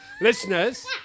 Listeners